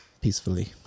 peacefully